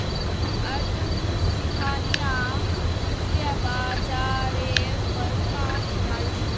अर्जुन सिंघानिया वित्तीय बाजारेर बड़का खिलाड़ी छिके